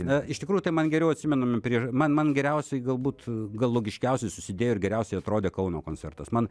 na iš tikrųjų tai man geriau atsimenami prieš man man geriausiai galbūt gal logiškiausiai susidėjo ir geriausiai atrodė kauno koncertas man